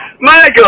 Michael